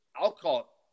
alcohol